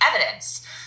evidence